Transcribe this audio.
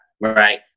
right